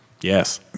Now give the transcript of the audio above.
Yes